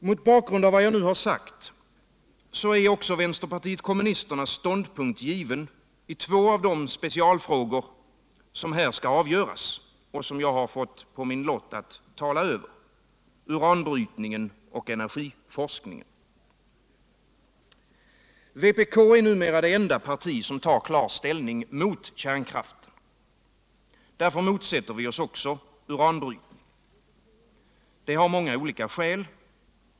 Mot bakgrund av vad jag nu har sagt är också vänsterpartiet kommunisternas ståndpunkt given i två av de specialfrågor som här skall avgöras och som jag har fått på min lott att tala om — uranbrytningen och energiforskningen. Vpk är numera det enda parti som tar klar ställning mot kärnkraften. Därför motsätter vi oss också uranbrytning. Det har många olika skäl.